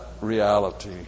reality